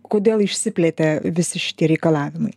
kodėl išsiplėtė visi šitie reikalavimai